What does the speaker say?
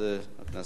בבקשה.